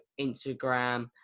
Instagram